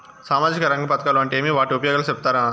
సామాజిక రంగ పథకాలు అంటే ఏమి? వాటి ఉపయోగాలు సెప్తారా?